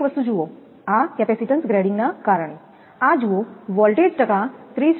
એક વસ્તુ જુઓ આ કેપેસિટેન્સ ગ્રેડિંગના કારણ કે આ જુઓ વોલ્ટેજ ટકા 30